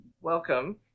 welcome